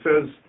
says